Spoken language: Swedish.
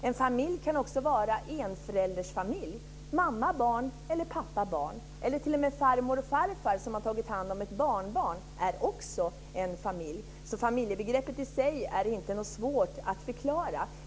En familj kan också vara en enföräldersfamilj med mamma och barn eller med pappa och barn. Det kan t.o.m. vara så att farmor och farfar har tagit hand om ett barnbarn. De är också en familj. Familjebegreppet i sig är det alltså inte svårt att förklara.